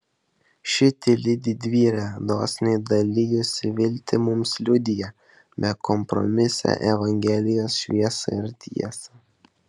ši tyli didvyrė dosniai dalijusi viltį mums liudija bekompromisę evangelijos šviesą ir tiesą